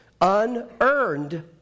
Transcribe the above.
unearned